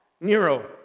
Nero